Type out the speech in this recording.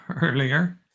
earlier